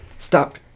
stop